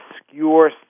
obscure